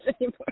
anymore